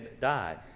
died